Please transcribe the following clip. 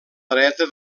dreta